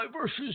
versus